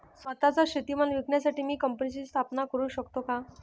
स्वत:चा शेतीमाल विकण्यासाठी मी कंपनीची स्थापना करु शकतो का?